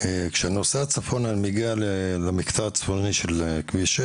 כשאני נוסע צפונה אני מגיע למקטע הצפוני של כביש 6,